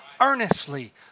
Earnestly